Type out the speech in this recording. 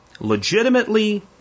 legitimately